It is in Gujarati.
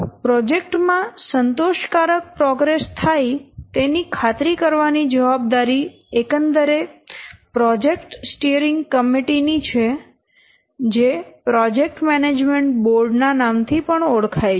પ્રોજેક્ટ માં સંતોષકારક પ્રોગ્રેસ થાય તેની ખાતરી કરવાની જવાબદારી એકંદરે પ્રોજેક્ટ સ્ટીઅરિંગ કમિટી ની છે જે પ્રોજેક્ટ મેનેજમેન્ટ બોર્ડ ના નામ થી પણ ઓળખાય છે